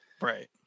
Right